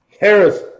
Harris